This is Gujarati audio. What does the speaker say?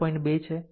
2 છે